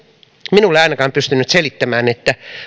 minulle pystynyt selittämään